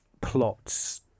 plots